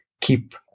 keep